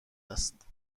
است